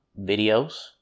videos